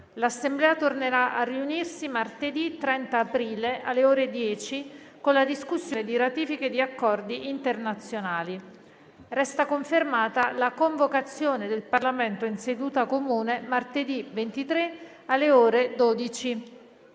L'Assemblea tornerà a riunirsi martedì 30 aprile alle ore 10 con la discussione di ratifiche di accordi internazionali. Resta confermata la convocazione del Parlamento in seduta comune martedì 23, alle ore 12,30